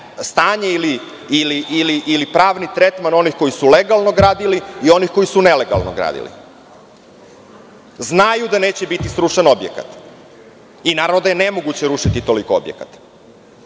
stanje i pravni tretman onih koji su legalno gradili i onih koji su nelegalno gradili. Znaju da neće biti srušen objekat i naravno da je nemoguće rušiti toliko objekata. Imate